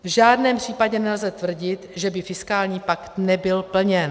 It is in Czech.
V žádném případě nelze tvrdit, že by fiskální pakt nebyl plněn.